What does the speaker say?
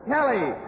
Kelly